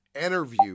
interview